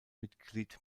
mitglied